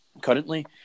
currently